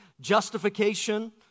justification